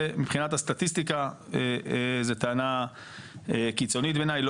זה מבחינת הסטטיסטיקה זו טענה קיצונית בעיניי.